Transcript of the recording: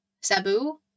Sabu